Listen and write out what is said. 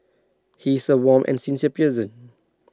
he is A warm and sincere person